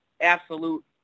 absolute